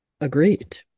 Agreed